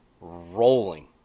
rolling